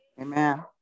Amen